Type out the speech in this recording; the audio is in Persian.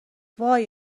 وای